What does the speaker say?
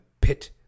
pit